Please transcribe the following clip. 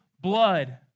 blood